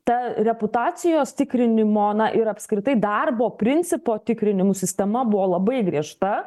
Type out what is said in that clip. ta reputacijos tikrinimo na ir apskritai darbo principo tikrinimų sistema buvo labai griežta